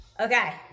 Okay